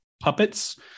puppets